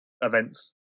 events